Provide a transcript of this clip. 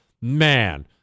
man